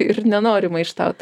ir nenori maištaut